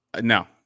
No